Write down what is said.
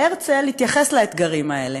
הרצל התייחס לאתגרים האלה,